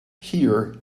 here